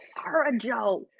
a jo.